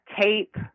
tape